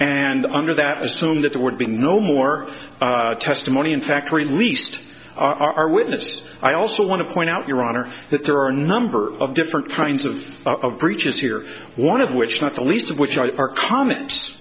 and under that assume that there would be no more testimony in fact released our witness i also want to point out your honor that there are number of different kinds of of breeches here one of which not the least of which are comments